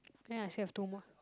then I still have two more